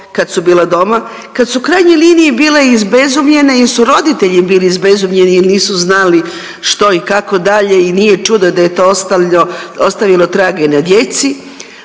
kad su bila doma, kad su u krajnjoj liniji bila izbezumljena jer su roditelji bili izbezumljeni jel nisu znali što i kako dalje i nije čudo da je to ostavilo traga i na djeci,